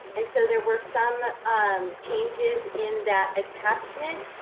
and so there were some um changes in that attachment.